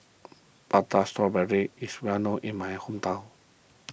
Prata Strawberry is well known in my hometown